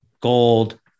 gold